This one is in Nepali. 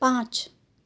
पाँच